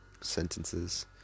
sentences